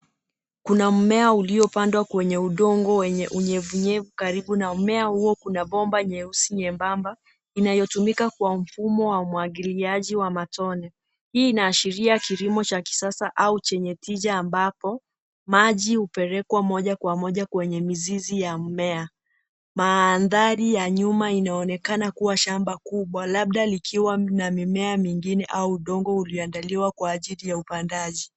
Kuna mmea uliopandwa kwenye udongo wenye unyevuneyvu. Karibu na mmea huo kuna bomba nyeusi nyembaba inayotumika kwenye mfumo wa umwagiliaji wa matone. Hii inaashiria kilimo cha kisasa au chenje tija ambapo maji hupelekwa moja kwa moja kwenye mizizi ya mmea. Mandhari ya nyuma inaonekana kuwa shamba kubwa labda likiwa na mimea mingine au udongo ulioandaliwa kwa ajili ya upandaji.